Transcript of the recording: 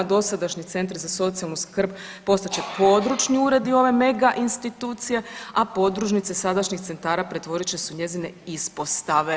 Dosadašnji centri za socijalnu skrb postat će područni uredi ove mega institucije, a podružnice sadašnjih centara pretvorit će se u njezine ispostave.